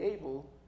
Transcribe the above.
able